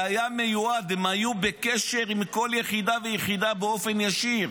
זה היה מיועד הם היו בקשר עם כל יחידה ויחידה באופן ישיר.